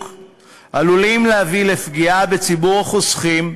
עלולים להביא לפגיעה בציבור החוסכים,